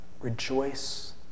rejoice